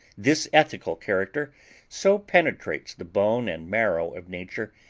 this ethical character so penetrates the bone and marrow of nature,